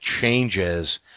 changes